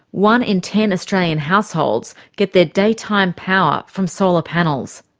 one in ten australian households get their daytime power from solar panels.